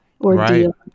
ordeal